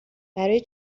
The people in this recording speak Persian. برای